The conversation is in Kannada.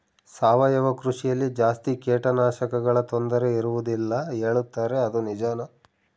ಸಾವಯವ ಕೃಷಿಯಲ್ಲಿ ಜಾಸ್ತಿ ಕೇಟನಾಶಕಗಳ ತೊಂದರೆ ಇರುವದಿಲ್ಲ ಹೇಳುತ್ತಾರೆ ಅದು ನಿಜಾನಾ?